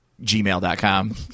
gmail.com